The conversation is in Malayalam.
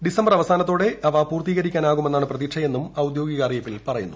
ഡിസംബർ അവസാനത്തോടെ ഇവ പൂർത്തീകരിക്കാനാകുമെന്നാണ് പ്രതീക്ഷയെന്നും ഔദ്യോഗിക അറിയിപ്പിൽ പറയുന്നു